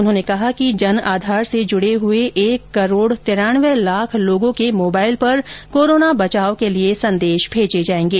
उन्होंने कहा कि जन आधार से जुड़े हुए एक करोड तिरानवे लाख लोगों के मोबाइल पर कोरोना बचाव के लिए संदेश मेजे जाएंगे